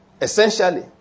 Essentially